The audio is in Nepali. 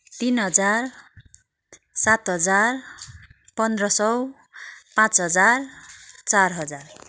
तिन हजार सात हजार पन्ध्र सय पाँच हजार चार हजार